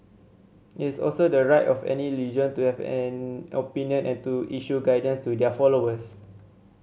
it is also the right of any religion to have an opinion and to issue guidance to their followers